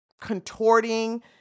contorting